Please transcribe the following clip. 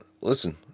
listen